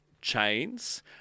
chains